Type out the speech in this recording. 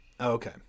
Okay